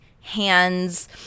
hands